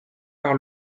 par